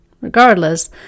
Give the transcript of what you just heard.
Regardless